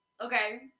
Okay